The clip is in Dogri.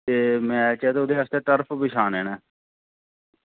ते में ओह्दे आस्तै सर टर्फ बिछानै न